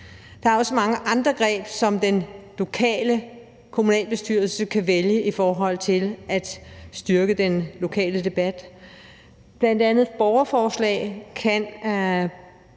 Der er også mange andre greb, som den lokale kommunalbestyrelse kan vælge i forhold til at styrke den lokale debat. Kommunalbestyrelsen kan